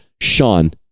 sean